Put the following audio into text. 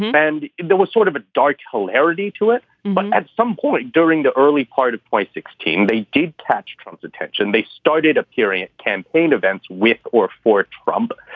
and there was sort of a dark hilarity to it. but at some point during the early part of point sixteen, they did catch trump's attention. they started appearing at campaign events with or for trump.